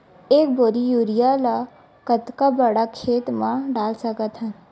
एक बोरी यूरिया ल कतका बड़ा खेत म डाल सकत हन?